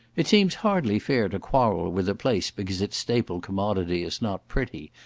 it seems hardly fair to quarrel with a place because its staple commodity is not pretty,